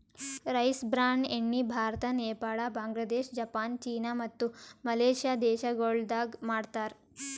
rice bran ಎಣ್ಣಿ Bharat, Nepal, Bangladesh, Japan, China ಮತ್ತ Malaysia ದೇಶಗೊಳ್ದಾಗ್ ಮಾಡ್ತಾರ್